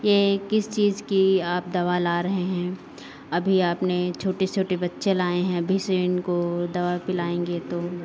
ये किस चीज़ की आप दवा ला रहे हैं अभी आपने छोटे छोटे बच्चे लाए हैं अभी से इनको दवा पिलाएँगे तो